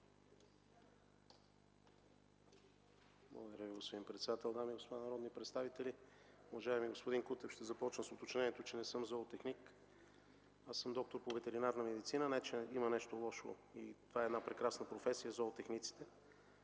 Благодаря Ви, господин председател. Дами и господа народни представители! Уважаеми господин Кутев, ще започна с уточнението, че не съм зоотехник, а съм доктор по ветеринарна медицина. Не че има нещо лошо – зоотехник е прекрасна професия. С такава е